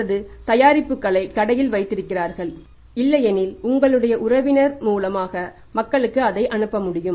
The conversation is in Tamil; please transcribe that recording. அல்லது தயாரிப்புகளை கடையில் வைத்திருக்கின்றன இல்லையெனில் உங்களுடைய உறவினர் மூலமாக மக்களுக்கு அதை அனுப்ப முடியும்